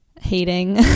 hating